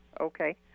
okay